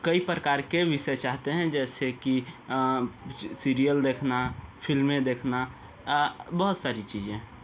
कई प्रकार के विषय चाहते हैं जैसे कि सीरियल देखना फ़िल्में देखना बहुत सारी चीज़ें